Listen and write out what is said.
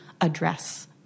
address